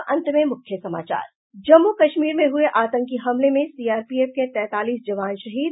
और अब अंत में मुख्य समाचार जम्मू कश्मीर में हुए आतंकी हमले में सीआरपीएफ के तैंतालीस जवान शहीद